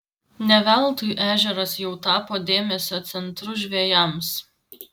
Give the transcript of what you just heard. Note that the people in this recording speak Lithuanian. ne veltui ežeras jau tapo dėmesio centru žvejams